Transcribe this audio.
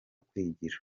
kwigira